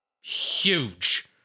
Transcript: Huge